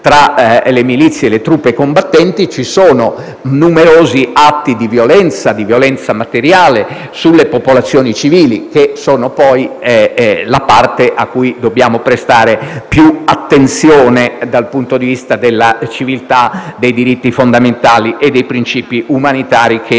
tra le milizie e le truppe combattenti, ci sono numerosi atti di violenza materiale sulle popolazioni civili, che sono poi la parte a cui dobbiamo prestare più attenzione dal punto di vista della civiltà dei diritti fondamentali e dei principi umanitari che